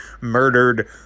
murdered